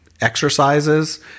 exercises